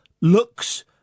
looks